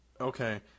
Okay